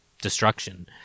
destruction